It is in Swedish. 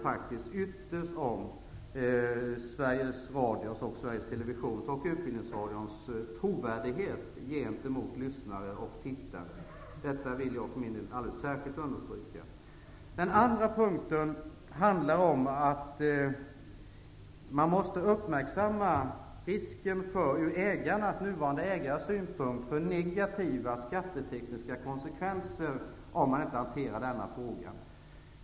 Detta handlar ytterst om Sveriges Radios, Sveriges Televisions och Utbildningsradions trovärdighet gentemot lyssnare och tittare. Det vill jag alldeles särskilt understryka. Den andra punkten handlar om att vi måste uppmärksamma risken ur nuvarande ägares synpunkt för negativa skattetekniska konsekvenser.